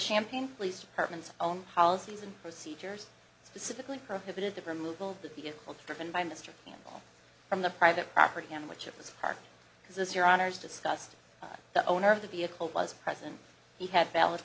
champagne police department's own policies and procedures specifically prohibited the removal of the vehicle driven by mr campbell from the private property on which it was park because as your honour's discussed the owner of the vehicle was present he had valid